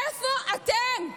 איפה אתם?